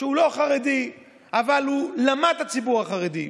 שהוא לא חרדי אבל הוא למד את הציבור החרדי,